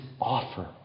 offer